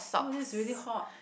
oh that's really hot